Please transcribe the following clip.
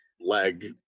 leg